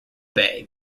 bay